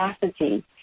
capacity